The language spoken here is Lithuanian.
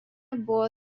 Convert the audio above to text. buvo